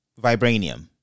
Vibranium